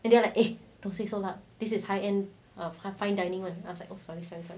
and they were like eh don't say so loud this is high end um fine dining and I was like oh sorry sorry